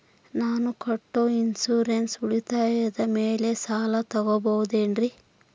ನಾನು ಕಟ್ಟೊ ಇನ್ಸೂರೆನ್ಸ್ ಉಳಿತಾಯದ ಮೇಲೆ ಸಾಲ ತಗೋಬಹುದೇನ್ರಿ?